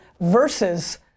versus